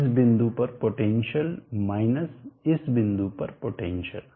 इस बिंदु पर पोटेंशियल माइनस इस बिंदु पर पोटेंशियल